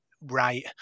right